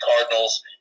Cardinals